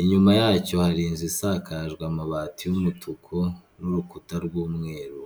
inyuma yacyo hari inzu isakajwe amabati y'umutuku n'urukuta rw'umweru.